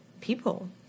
people